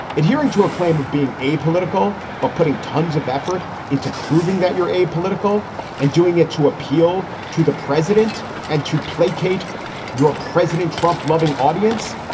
adhering to a claim of being apolitical, but putting tons of effort into proving that you're apolitical and doing it to appeal to the president and to placate your president. trump loving audience.